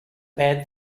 bad